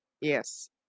yes